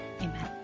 amen